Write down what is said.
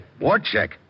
Warchek